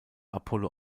apollo